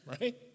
Right